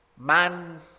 man